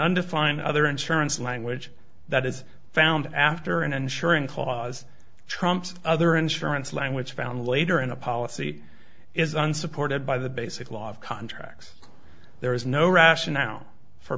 undefined other insurance language that is found after and ensuring clause trumps other insurance language found later in a policy is unsupported by the basic law of contracts there is no rationale for